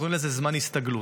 קוראים לזה זמן הסתגלות.